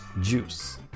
Juice